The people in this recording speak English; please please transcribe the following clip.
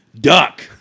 duck